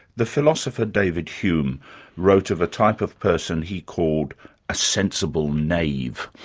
the philosopher david hume wrote of a type of person he called a sensible knave,